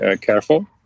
careful